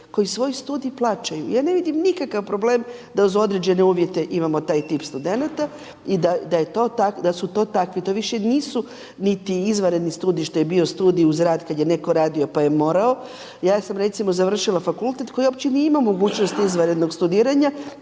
koji svoj studij plaćaju. Ja ne vidim nikakav problem da uz određene uvjete imamo taj tip studenata i da su to takvi, to više nisu niti izvanredni studij što je bio studij uz rad kad je netko radio pa je morao. Ja sam recimo završila fakultet koji uopće nije imao mogućnost izvanrednog studiranja,